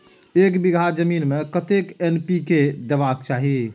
एक बिघा जमीन में कतेक एन.पी.के देबाक चाही?